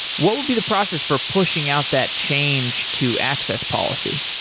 what would be the process for pushing out that change to access policy?